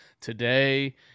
today